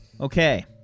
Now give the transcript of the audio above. Okay